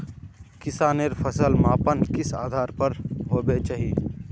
किसानेर फसल मापन किस आधार पर होबे चही?